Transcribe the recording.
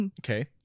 Okay